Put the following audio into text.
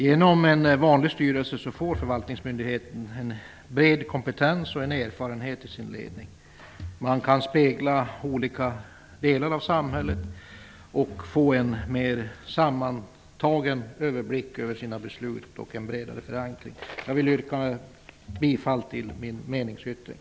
Genom en vanlig styrelse får förvaltningsmyndigheten en bred kompetens och erfarenhet till sin ledning. Man kan spegla olika delar av samhället och få en mer sammantagen överblick över sina beslut och en bredare förankring. Jag vill yrka bifall till min meningsyttring.